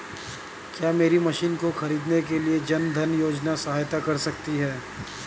क्या मेरी मशीन को ख़रीदने के लिए जन धन योजना सहायता कर सकती है?